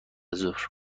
ظهر